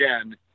again